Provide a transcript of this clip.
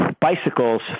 bicycles